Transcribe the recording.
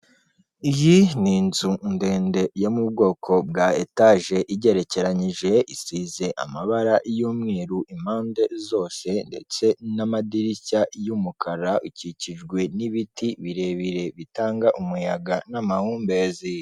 Iyi ni inzu ndende yo mu bwoko bwa etaje igerekeranyije, isize amabara y'umweru impande zose ndetse n'amadirishya y'umukara, ikikijwe n'ibiti birebire bitanga umuyaga n'amahumbeziya.